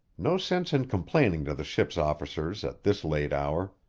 no sense in complaining to the ship's officers at this late hour,